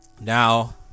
now